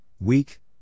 weak